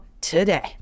today